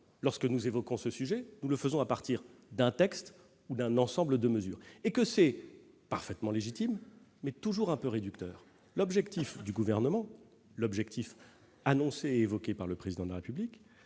lorsque nous évoquons ce sujet, nous le faisons à partir d'un texte ou d'un ensemble de mesures, ce qui est parfaitement légitime, mais toujours un peu réducteur. L'objectif du Gouvernement, celui qui a été évoqué par le Président de la République,